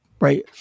right